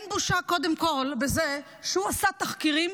אין בושה, קודם כול, בזה שהוא עשה תחקירים